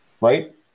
right